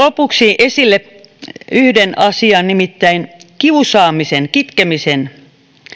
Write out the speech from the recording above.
lopuksi esille yhden asian nimittäin kiusaamisen kitkemisen